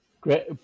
Great